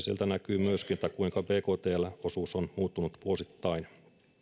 sieltä näkyy myöskin kuinka bktl osuus on muuttunut vuosittain